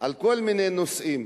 כל מיני נושאים,